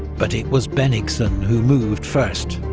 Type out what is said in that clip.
but it was bennigsen who moved first,